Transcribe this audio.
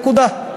נקודה.